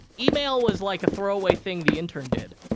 email was, like, a throwaway thing the intern did.